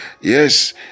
Yes